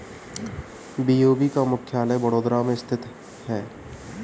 BOB का मुख्यालय बड़ोदरा में स्थित है